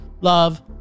love